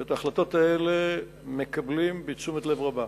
ואת ההחלטות האלה מקבלים בתשומת לב רבה.